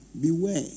beware